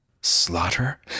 Slaughter